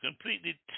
completely